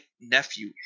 nephew